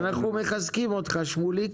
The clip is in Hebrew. אנחנו מחזקים אותך, שמוליק,